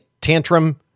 tantrum